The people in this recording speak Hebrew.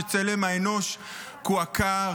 שצלם האנוש קועקע,